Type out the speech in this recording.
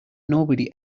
nobody